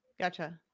Gotcha